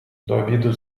обіду